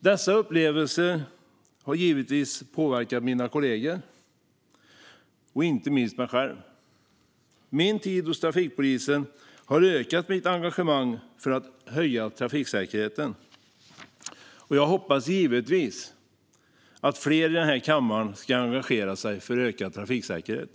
Dessa upplevelser har givetvis påverkat mina kollegor och inte minst mig själv. Min tid hos trafikpolisen har ökat mitt engagemang för att öka trafiksäkerheten, och jag hoppas givetvis att fler i den här kammaren ska engagera sig för ökad trafiksäkerhet.